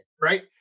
right